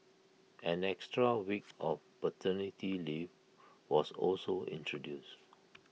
an extra week of paternity leave was also introduced